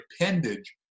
appendage